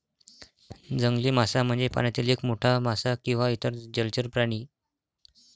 जंगली मासा म्हणजे पाण्यातील एक मोठा मासा किंवा इतर जलचर प्राणी